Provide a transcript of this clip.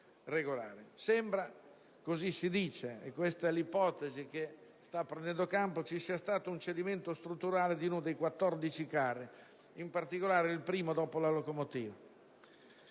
Sembra, così si dice, ed questa l'ipotesi che sta prendendo piede, che ci sia stato un cedimento strutturale di uno dei 14 carri, in particolare il primo, dopo la locomotiva.